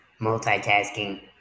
multitasking